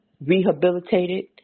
rehabilitated